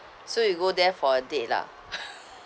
so you go there for a date lah